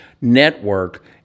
network